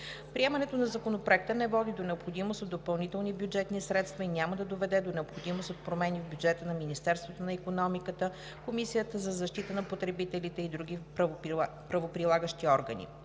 Приемането на Законопроекта не води до необходимост от допълнителни бюджетни средства и няма да доведе до необходимост от промени в бюджета на Министерството на икономиката, Комисията за защита на потребителите и други правоприлагащи органи.